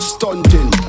Stunting